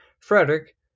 Frederick